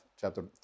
chapter